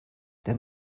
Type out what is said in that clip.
der